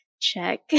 Check